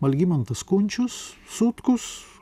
algimantas kunčius sutkus